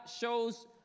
shows